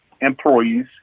employees